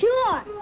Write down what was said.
Sure